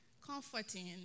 comforting